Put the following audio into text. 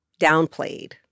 downplayed